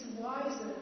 wiser